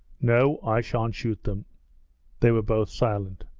no, i shan't shoot them they were both silent.